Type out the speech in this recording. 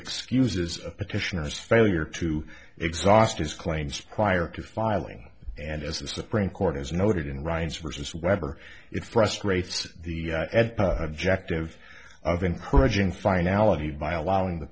excuses a petitioners failure to exhaust his claims prior to filing and as the supreme court has noted in rights versus weber it's frustrates the objective of encouraging finality by allowing the